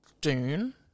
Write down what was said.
Dune